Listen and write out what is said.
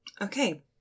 Okay